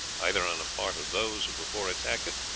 either on the part of those who before attacked it,